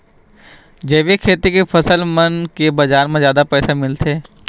जैविक खेती के फसल मन के बाजार म जादा पैसा मिलथे